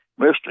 Mr